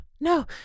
No